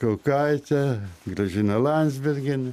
kaukaitė gražina landsbergienė